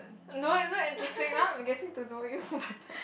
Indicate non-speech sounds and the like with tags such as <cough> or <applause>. no it's not interesting lah I'm getting to know <laughs> you better